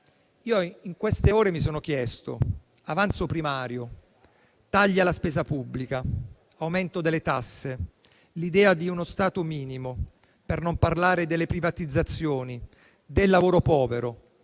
in queste ore mi sono chiesto: avanzo primario, tagli alla spesa pubblica, aumento delle tasse, l'idea di uno Stato minimo, per non parlare delle privatizzazioni, del lavoro povero,